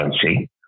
currency